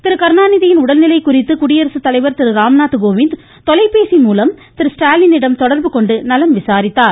திரு கருணாநிதியின் உடல்நிலை குறித்து குடியரசு தலைவர் திரு ராம்நாத் கோவிந்த் தொலைபேசி மூலம் திரு ஸ்டாலினிடம் தொடர்பு கொண்டு நலம் விசாரித்தார்